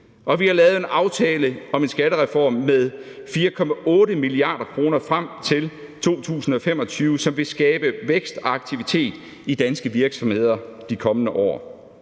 vi har lavet en aftale om en skattereform med 4,8 mia. kr. frem til 2025, som vil skabe vækst og aktivitet i danske virksomheder de kommende år.